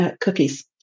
cookies